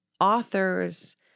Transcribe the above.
authors